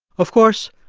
of course,